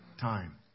time